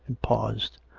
and paused.